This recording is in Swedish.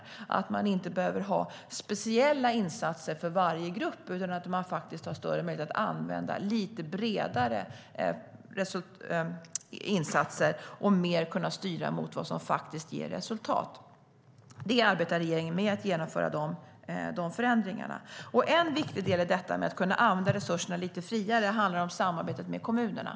Man ska inte behöva ha speciella insatser för varje grupp, utan man ska ha större möjlighet att använda lite bredare insatser och att styra mer mot vad som faktiskt ger resultat. Regeringen arbetar med att genomföra de förändringarna. En viktig del i att kunna använda resurserna lite friare handlar om samarbetet med kommunerna.